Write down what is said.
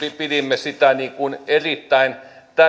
pidimme sitä erittäin